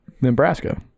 Nebraska